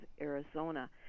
Arizona